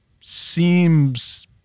Seems